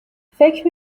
فکر